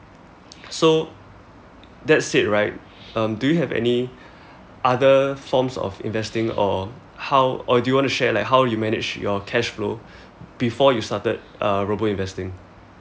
so that's it right um do you have any other forms of investing or how or do you want to share like how you manage your cashflow before you started uh robo investing